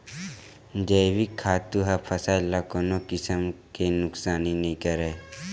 जइविक खातू ह फसल ल कोनो किसम के नुकसानी नइ करय